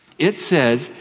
it says,